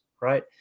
right